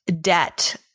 debt